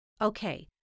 Okay